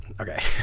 Okay